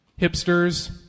Hipsters